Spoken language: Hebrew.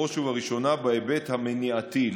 בראש ובראשונה בהיבט המניעתי,